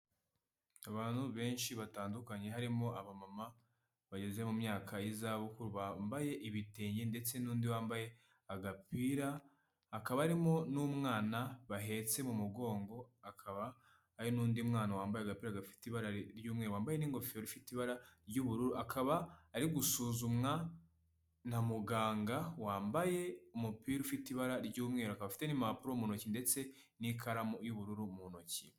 Abantu benshi batandukanye harimo abamama bageze mu myaka y'izabukuru bambaye ibitenge ndetse n'undi wambaye agapira, hakaba harimo n'umwana bahetse mu mugongo, hakaba hari n'undi mwana wambaye agapira gafite ibara ry'umweru, wambaye n'ingofero ifite ibara ry'ubururu, akaba ari gusuzumwa na muganga wambaye umupira ufite ibara ry'umweru akaba afite n'impapuro mu ntoki ndetse n'ikaramu y'ubururu mu ntoki.